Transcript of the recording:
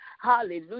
Hallelujah